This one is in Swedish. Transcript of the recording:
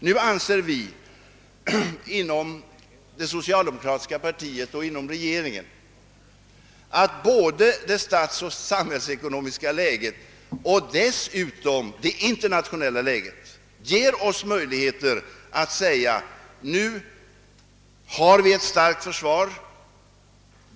Nu anser vi inom det socialdemokratiska partiet och inom regeringen, att det statsoch samhällsekonomiska läget och dessutom det internationella läget ger oss möjligheter att säga: Nu har vi ett starkt försvar.